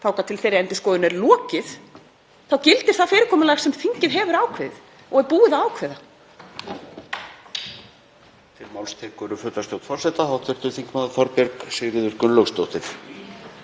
þangað til að þeirri endurskoðun er lokið gildir það fyrirkomulag sem þingið hefur ákveðið og er búið að ákveða.